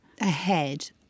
ahead